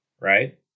right